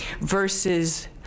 versus